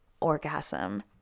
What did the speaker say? orgasm